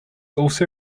also